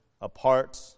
apart